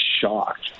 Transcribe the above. shocked